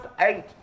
eight